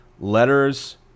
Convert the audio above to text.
letters